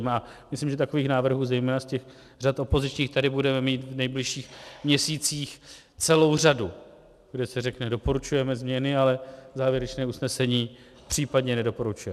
A myslím, že takových návrhů zejména z řad opozičních tady budeme mít v nejbližších měsících celou řadu, kdy se řekne: doporučujeme změny, ale závěrečné usnesení případně nedoporučujeme.